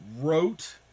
wrote